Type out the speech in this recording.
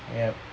yup